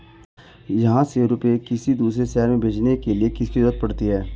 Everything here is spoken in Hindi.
यहाँ से रुपये किसी दूसरे शहर में भेजने के लिए किसकी जरूरत पड़ती है?